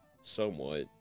somewhat